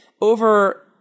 over